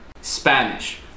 Spanish